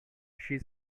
she